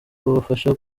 babafasha